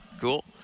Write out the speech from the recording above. Cool